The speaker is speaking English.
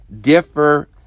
differ